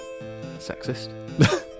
Sexist